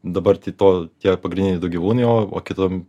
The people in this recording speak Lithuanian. dabar tai to tie pagrindiniai du gyvūnai o kitam